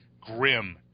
grim